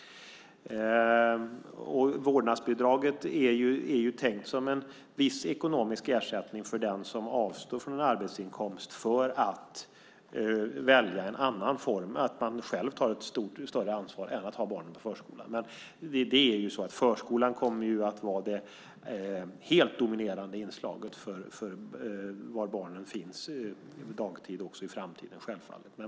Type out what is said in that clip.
Vårdnadsbidraget är ju tänkt som en viss ekonomisk ersättning för den som avstår från arbetsinkomst för att välja en annan form, nämligen att man själv tar ett större ansvar i stället för att ha barnen på förskolan. Förskolan kommer ju självfallet även i framtiden att vara det helt dominerande inslaget för var barnen finns på dagtid.